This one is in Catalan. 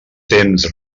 temps